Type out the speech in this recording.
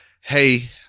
Hey